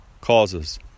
causes